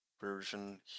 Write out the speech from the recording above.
version